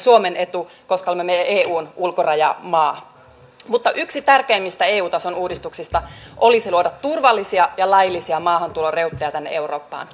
suomen etu koska olemme eun ulkorajamaa mutta yksi tärkeimmistä eu tason uudistuksista olisi luoda turvallisia ja laillisia maahantuloreittejä tänne eurooppaan